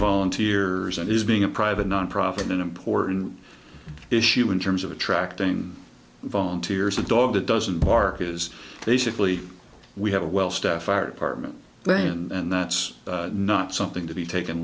volunteers and is being a private nonprofit an important issue in terms of attracting volunteers a dog that doesn't bark is basically we have a well staff ira department then and that's not something to be taken